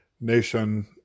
Nation